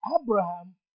Abraham